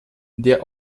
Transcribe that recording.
der